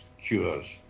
cures